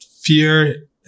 Fear